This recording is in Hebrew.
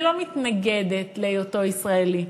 אני לא מתנגדת להיותו ישראלי,